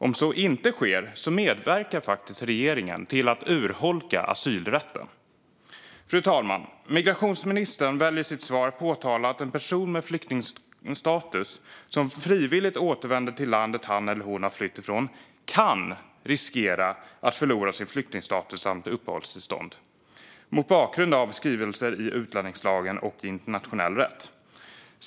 Om så inte sker medverkar faktiskt regeringen till att urholka asylrätten. Fru talman! Migrationsministern valde i sitt svar att påpeka att en person med flyktingstatus som frivilligt återvänder till landet som han eller hon har flytt från kan riskera att förlora sin flyktingstatus och sitt uppehållstillstånd mot bakgrund av skrivelser i utlänningslagen och internationell rätt.